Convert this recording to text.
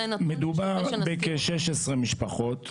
זה נתון --- מדובר בכ-16 משפחות,